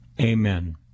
Amen